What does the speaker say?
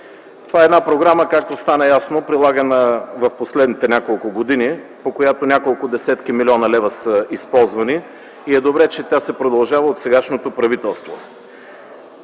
това е една програма, прилагана в последните няколко години, по която няколко десетки милиона лева са използвани, и е добре, че тя се продължава от сегашното правителство.